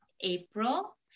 April